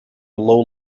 low